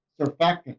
surfactant